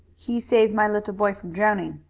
he save my little boy from drowning,